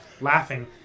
laughing